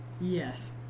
Yes